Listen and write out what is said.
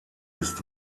ist